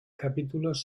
capítulos